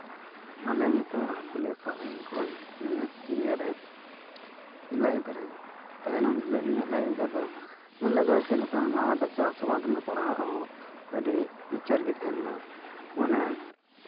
ᱟᱞᱮ ᱱᱤᱛᱚᱜ ᱦᱟᱹᱠᱩ ᱞᱮ ᱥᱟᱵᱼᱮᱫ ᱠᱚᱣᱟᱧ ᱱᱤᱭᱟᱹ ᱤᱭᱟᱹᱨᱮ ᱞᱟᱭᱤᱵᱷ ᱨᱮ ᱛᱟᱭᱱᱚᱢ ᱨᱮᱫᱚ ᱤᱧᱟᱹᱜ ᱞᱟᱭᱤᱵᱷ ᱨᱮᱫᱚ ᱢᱮᱱ ᱞᱮᱫᱟᱭ ᱪᱮᱫ ᱞᱮᱠᱟ ᱞᱟᱦᱟᱛᱮ ᱪᱟᱥ ᱟᱵᱟᱫ ᱱᱤᱭᱮ ᱯᱟᱲᱦᱟᱜ ᱦᱚᱸ ᱟᱹᱰᱤ ᱞᱤᱪᱟᱲ ᱜᱮ ᱛᱟᱦᱮᱸ ᱞᱮᱱᱟ ᱢᱟᱱᱮ